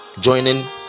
joining